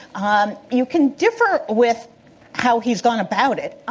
um you can differ with how he's gone about it, ah